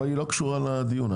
היא לא קשורה לדיון.